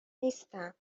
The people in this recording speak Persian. نیستم